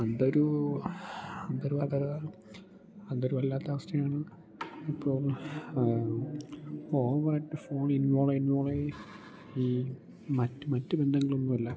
അതൊരൂ അതൊരു അതൊരു അതൊരു വല്ലാത്ത അവസ്ഥയാണ് ഇപ്പോൾ ഓവറായിട്ട് ഫോൺ ഇൻവോൾവായി ഇൻവോൾവായി ഈ മറ്റ് മറ്റു ബന്ധങ്ങളൊന്നും അല്ല